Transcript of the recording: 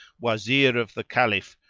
wazir of the caliph,